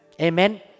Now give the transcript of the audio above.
Amen